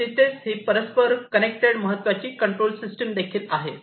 आणि तिथेच ही परस्पर कनेक्टेड महत्त्वाची कंट्रोल सिस्टम देखील आहे